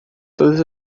todas